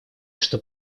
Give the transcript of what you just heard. что